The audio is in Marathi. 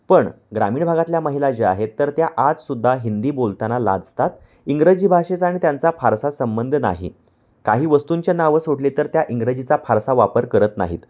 पण ग्रामीण भागातल्या महिला ज्या आहेत तर त्या आजसुद्धा हिंदी बोलताना लाजतात इंग्रजी भाषेचा आणि त्यांचा फारसा संबंध नाही काही वस्तूंच्या नावं सोडले तर त्या इंग्रजीचा फारसा वापर करत नाहीत